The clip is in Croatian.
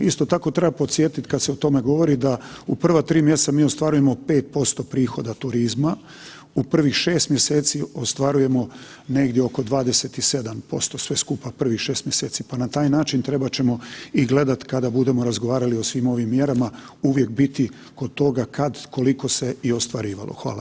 Isto tako treba podsjetiti kad se o tome govori da u prva 3 mjeseca mi ostvarujemo 5% prihoda turizma, u prvih 6 mjeseci ostvarujemo negdje oko 27% sve skupa, prvih 6 mjeseci, pa na taj način trebat ćemo i gledati kada budemo razgovarali o svim ovim mjerama, uvijek biti od toga kad, koliko se i ostvarivalo.